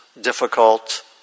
difficult